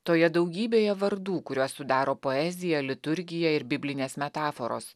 toje daugybėje vardų kuriuos sudaro poezija liturgija ir biblinės metaforos